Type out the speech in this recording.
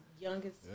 youngest